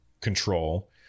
control